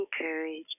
encourage